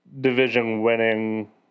division-winning